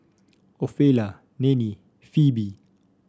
Ofelia Nannie Phoebe